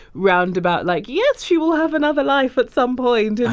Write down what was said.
round about, like yes, she will have another life at some point in